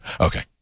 Okay